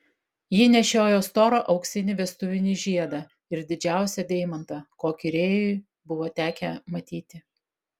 ji nešiojo storą auksinį vestuvinį žiedą ir didžiausią deimantą kokį rėjui buvo tekę matyti